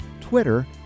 Twitter